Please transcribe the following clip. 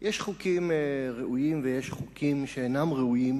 יש חוקים ראויים ויש חוקים שאינם ראויים,